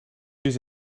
use